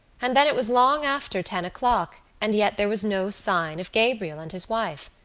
and then it was long after ten o'clock and yet there was no sign of gabriel and his wife.